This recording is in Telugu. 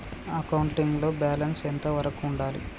అకౌంటింగ్ లో బ్యాలెన్స్ ఎంత వరకు ఉండాలి?